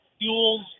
fuels